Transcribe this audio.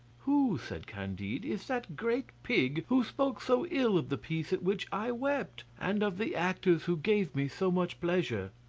who, said candide, is that great pig who spoke so ill of the piece at which i wept, and of the actors who gave me so much pleasure?